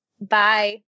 Bye